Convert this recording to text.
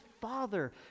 Father